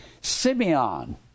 Simeon